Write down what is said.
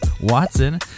Watson